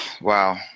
Wow